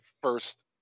first